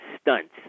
stunts